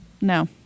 No